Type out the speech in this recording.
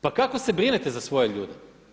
Pa kako se brinete za svoje ljude?